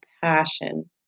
passion